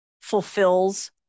fulfills